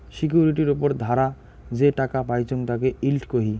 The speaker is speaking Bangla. সিকিউরিটির উপর ধারা যে টাকা পাইচুঙ তাকে ইল্ড কহি